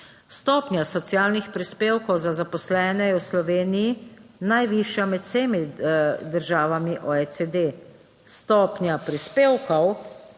Stopnja socialnih prispevkov za zaposlene je v Sloveniji najvišja med vsemi državami OECD. Stopnja prispevkov,